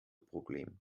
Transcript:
problem